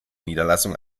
niederlassung